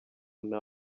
nta